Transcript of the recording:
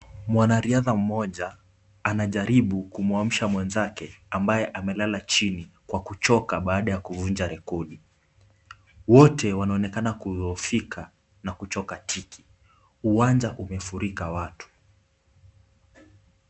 Mwanariadha mmoja anajaribu kumuamsha mwenzake ambaye amelala chini kwa kuchoka baada ya kuvunja rekodi. Wote wanaonekana kudhoofika na kuchoka tiki. Uwanja umefurika watu.